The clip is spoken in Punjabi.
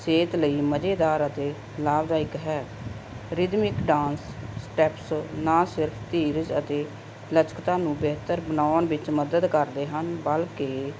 ਸਿਹਤ ਲਈ ਮਜ਼ੇਦਾਰ ਅਤੇ ਲਾਭਦਾਇਕ ਹੈ ਰਿਧਮਿਕ ਡਾਂਸ ਸਟੈਪਸ ਨਾ ਸਿਰਫ ਧੀਰਜ ਅਤੇ ਲਚਕਤਾ ਨੂੰ ਬਿਹਤਰ ਬਣਾਉਣ ਵਿੱਚ ਮਦਦ ਕਰਦੇ ਹਨ ਬਲਕਿ